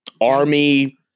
Army